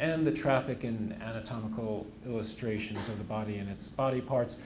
and the traffic in anatomical illustrations of the body and its body parts,